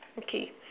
okay